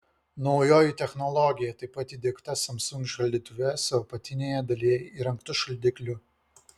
naujoji technologija taip pat įdiegta samsung šaldytuve su apatinėje dalyje įrengtu šaldikliu